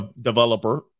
developer